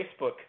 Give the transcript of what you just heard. Facebook